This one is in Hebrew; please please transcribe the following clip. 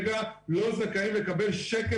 אני חושב שצריכים לקבוע פה תפוסה של